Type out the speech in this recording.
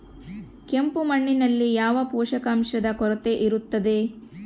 ಕೆಂಪು ಮಣ್ಣಿನಲ್ಲಿ ಯಾವ ಪೋಷಕಾಂಶದ ಕೊರತೆ ಇರುತ್ತದೆ?